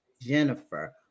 Jennifer